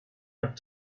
have